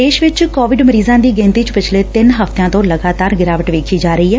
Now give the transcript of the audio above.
ਦੇਸ਼ ਚ ਕੋਵਿਡ ਮਰੀਜ਼ਾ ਦੀ ਗਿਣਤੀ ਚ ਪਿਛਲੇ ਤਿੰਨ ਹਫ਼ਤਿਆਂ ਤੋ ਲਗਾਤਾਰ ਗਿਰਾਵਟ ਵੇਖੀ ਜਾ ਰਹੀ ਏ